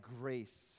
grace